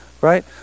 right